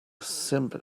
simple